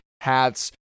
hats